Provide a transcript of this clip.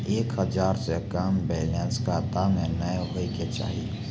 एक हजार से कम बैलेंस खाता मे नैय होय के चाही